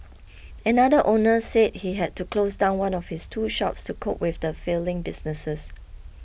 another owner said he had to close down one of his two shops to cope with his failing businesses